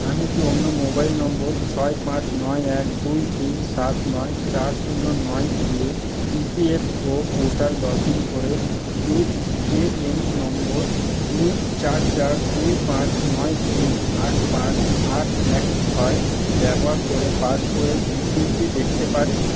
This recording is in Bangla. আমি কি অন্য মোবাইল নম্বর ছয় পাঁচ নয় এক দুই তিন সাত নয় চার শূন্য নয় দিয়ে ইপিএফও পোর্টাল লগ ইন করে ইউএএন নম্বর দুই চার চার দুই পাঁচ নয় তিন আট পাঁচ আট এক ছয় ব্যবহার করে পাসবইয়ের বিবৃতি দেখতে পারি